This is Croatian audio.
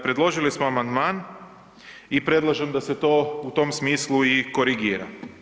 Predložili smo amandman i predlažem da se to u tom smislu i korigira.